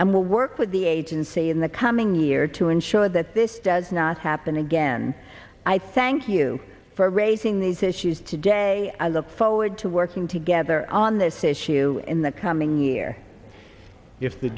and will work with the agency in the coming year to ensure that this does not happen again i thank you for raising these issues today i look forward to working together on this issue in the coming year if the